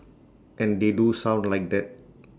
and they do sound like that